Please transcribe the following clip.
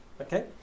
okay